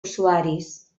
usuaris